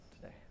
today